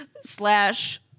slash